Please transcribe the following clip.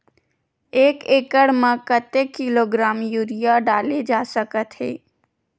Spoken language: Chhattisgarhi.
एक एकड़ म कतेक किलोग्राम यूरिया डाले जा सकत हे?